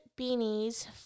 beanies